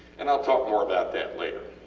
and ill talk more about that later.